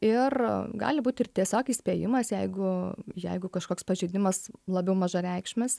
ir gali būt ir tiesiog įspėjimas jeigu jeigu kažkoks pažeidimas labiau mažareikšmis